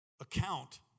account